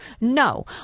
no